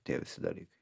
tie visi dalyk